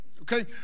Okay